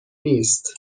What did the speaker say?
نیست